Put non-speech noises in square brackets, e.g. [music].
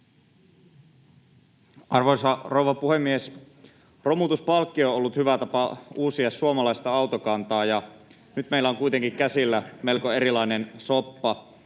Arvoisa rouva puhemies! Romutuspalkkio on ollut hyvä tapa uusia suomalaista autokantaa, [laughs] ja nyt meillä on kuitenkin käsillä melko erilainen soppa.